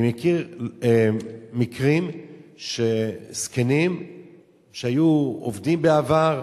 אני מכיר מקרים שזקנים שהיו עובדים בעבר,